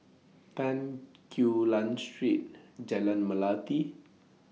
Tan Quee Lan Street Jalan Melati